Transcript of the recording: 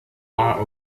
far